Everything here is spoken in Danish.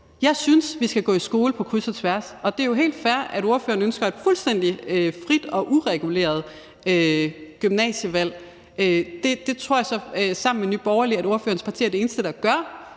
Jeg synes, vi skal gå i skole på kryds og tværs, og det er jo helt fair, at ordføreren ønsker et fuldstændig frit og ureguleret gymnasievalg. Det tror jeg så at ordførerens parti sammen med Nye